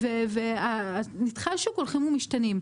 ונתחי השוק הולכים ומשתנים.